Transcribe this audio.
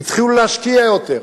התחילו להשקיע יותר,